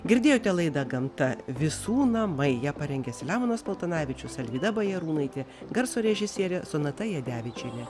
girdėjote laidą gamta visų namai ją parengė selemonas paltanavičius alvyda bajarūnaitė garso režisierė sonata jadevičienė